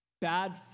Bad